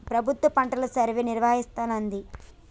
ప్రభుత్వం పంటల సర్వేను నిర్వహిస్తానంది